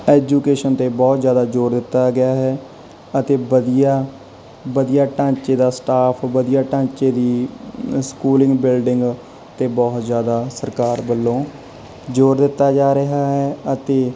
education 'ਤੇ ਬਹੁਤ ਜ਼ਿਆਦਾ ਜੋਰ ਦਿੱਤਾ ਗਿਆ ਹੈ ਅਤੇ ਵਧੀਆ ਵਧੀਆ ਢਾਂਚੇ ਦਾ ਸਟਾਫ ਵਧੀਆ ਢਾਂਚੇ ਦੀ ਸਕੂਲਿੰਗ ਬਿਲਡਿੰਗ 'ਤੇ ਬਹੁਤ ਜ਼ਿਆਦਾ ਸਰਕਾਰ ਵੱਲੋਂ ਜੋਰ ਦਿੱਤਾ ਜਾ ਰਿਹਾ ਹੈ ਅਤੇ